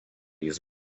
jis